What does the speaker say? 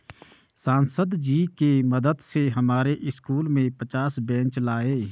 सांसद जी के मदद से हमारे स्कूल में पचास बेंच लाए